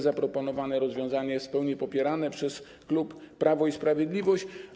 Zaproponowane rozwiązanie jest w pełni popierane przez klub Prawo i Sprawiedliwość.